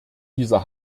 dieser